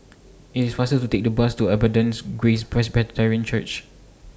IT IS faster to Take The Bus to Abundant's Grace Presbyterian Church